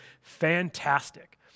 fantastic